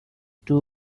two